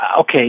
Okay